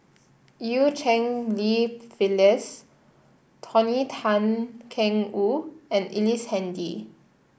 Eu Cheng Li Phyllis Tony Tan Keng Woo and Ellice Handy